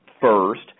first